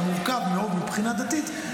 המורכב מאוד מבחינה דתית,